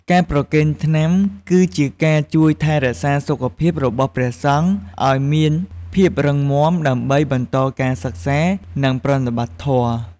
ការប្រគេនថ្នាំ គឺជាការជួយថែរក្សាសុខភាពរបស់ព្រះសង្ឃឱ្យមានភាពរឹងមាំ ដើម្បីបន្តការសិក្សា និងប្រតិបត្តិធម៌។